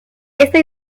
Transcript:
esta